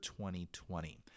2020